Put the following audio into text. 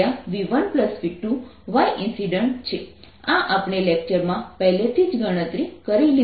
આ આપણે લેક્ચરમાં પહેલેથી જ ગણતરી કરી લીધી હતી